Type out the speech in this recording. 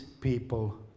people